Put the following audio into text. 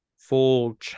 full